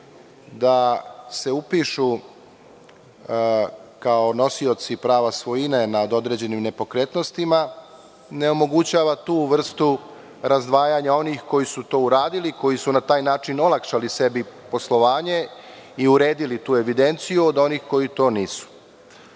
da se upišu kao nosioci prava svojine nad određenim nepokretnostima, ne omogućava tu vrstu razdvajanja onih koji su to uradili i koji su na taj način olakšali sebi poslovanje i uredili tu evidenciju, od onih koji to